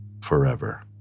forever